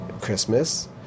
Christmas